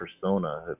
persona